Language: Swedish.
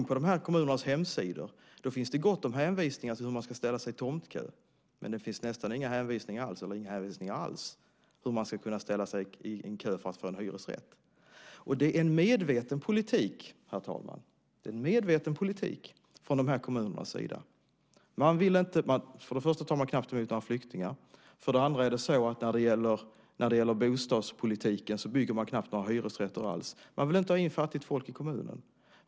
På de här kommunernas hemsidor finns det gott om anvisningar om hur man ska ställa sig i tomtkö, men det finns inga anvisningar alls om hur man ska kunna ställa sig i kö för att få en hyresrätt. Det är en medveten politik, herr talman, från de här kommunernas sida. För det första tar man knappt emot några flyktingar. För det andra, när det gäller bostadspolitiken, bygger man knappt några hyresrätter alls. Man vill inte ha in fattigt folk i kommunen.